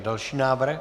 Další návrh.